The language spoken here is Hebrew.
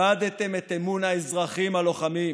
איבדתם את אמון האזרחים הלוחמים,